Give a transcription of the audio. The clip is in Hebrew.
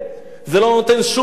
זה לא נותן שום מענה,